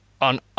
on